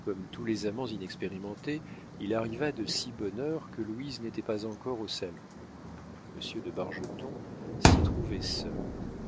comme tous les amants inexpérimentés il arriva de si bonne heure que louise n'était pas encore au salon monsieur de bargeton s'y trouvait seul